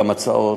גם הצעות.